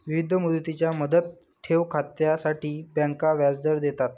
विविध मुदतींच्या मुदत ठेव खात्यांसाठी बँका व्याजदर देतात